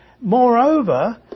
Moreover